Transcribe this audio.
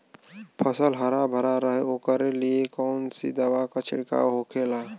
फसल हरा भरा रहे वोकरे लिए कौन सी दवा का छिड़काव होखेला?